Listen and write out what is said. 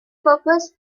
purpose